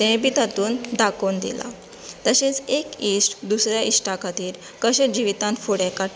तेंवूय बी तातूंत दाखोवन दिलां तशेंच एक इश्ट दुसऱ्या इश्टा खातीर कशे जिवितांत फुडें काडटा